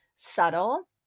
subtle